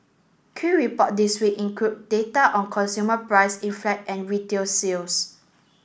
key report this week include data on consumer price and retail sales